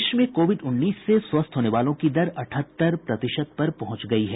देश में कोविड उन्नीस के स्वस्थ होने वालों की दर अठहत्तर प्रतिशत पर पहुंच गई है